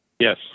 Yes